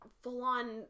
full-on